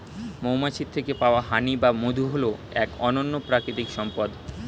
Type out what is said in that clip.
মৌমাছির থেকে পাওয়া হানি বা মধু হল এক অনন্য প্রাকৃতিক সম্পদ